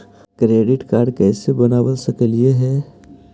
Credit card कैसे बनबा सकली हे?